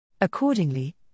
Accordingly